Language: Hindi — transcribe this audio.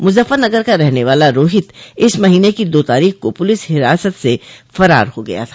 मुजफ्फरनगर का रहने वाला रोहित इस महीने की दो तारीख को पुलिस हिरासत से फरार हो गया था